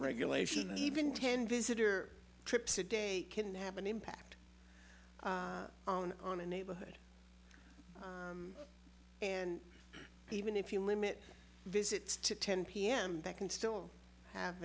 regulation even ten visitor trips a day can have an impact on a neighborhood and even if you limit visits to ten pm they can still have